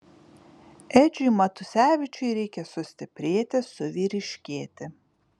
edžiui matusevičiui reikia sustiprėti suvyriškėti